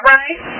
right